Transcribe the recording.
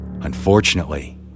Unfortunately